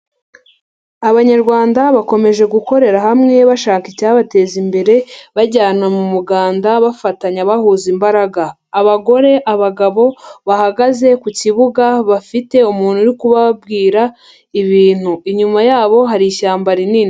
Abanyarwanda bakomeje gukorera hamwe bashaka icyabateza imbere bajyana mu muganda bafatanya bahuza imbaraga. Abagore, abagabo bahagaze ku kibuga bafite umuntu uri kubabwira ibintu. Inyuma yabo hari ishyamba rinini.